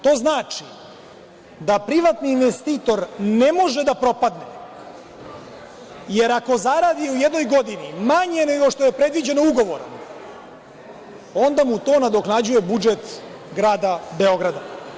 To znači da privatni investitor ne može da propadne jer ako zaradi u jednoj godini manje nego što je predviđeno ugovorom, onda mu to nadoknađuje budžet grada Beograda.